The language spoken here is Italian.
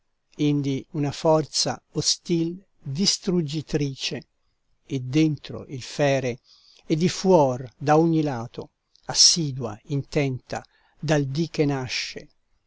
indi una forza ostil distruggitrice e dentro il fere e di fuor da ogni lato assidua intenta dal dì che nasce